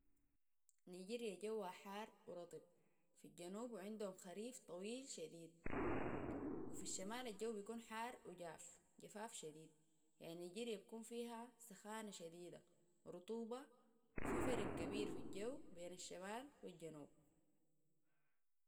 نيجيريا جوها حار ورطب في الجنوب وعندهم خريف طويل شديد وفي الشمال الجو بيكون حار وجاف جفاف شديد يعني نيجيريا بيكون فيها سخانة شديدة ورطوبة وفي فرق كبير في الجو بين الشمال والجنوب